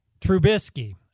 Trubisky